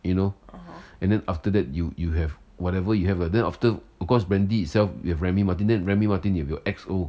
you know and then after that you you have whatever you have uh then after the of course brandy itself we have Remy Martin then Remy Martin you have your X_O